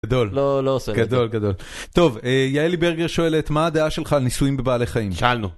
גדול, גדול גדול. טוב יעלי ברגר שואלת מה הדעה שלך על ניסויים בבעלי חיים. שאלנו.